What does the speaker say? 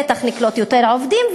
בטח נקלוט יותר עובדים,